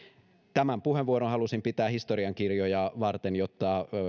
tämän puheenvuoron halusin pitää historiankirjoja varten jotta